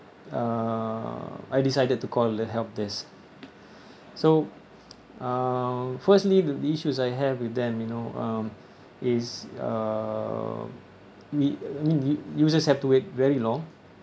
uh I decided to call the help desk so uh firstly the issues I have with them you know um is uh we I mean we users have to wait very long